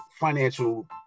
financial